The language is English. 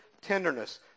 tenderness